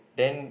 then